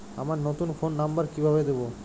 আমার নতুন phone number কিভাবে দিবো?